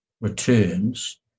returns